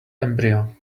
embryo